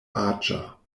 aĝa